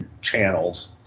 channels